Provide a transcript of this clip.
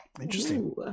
Interesting